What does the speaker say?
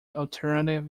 alternative